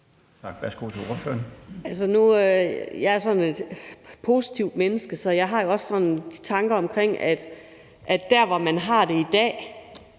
Jeg er sådan et positivt menneske, så jeg har også tanker om, at der, hvor man har det i dag,